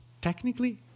technically